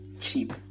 cheap